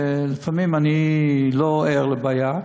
לפעמים אני לא ער לבעיה,